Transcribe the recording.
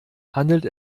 handelt